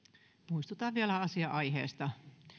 muistutan vielä asian aiheesta